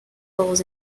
roles